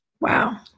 Wow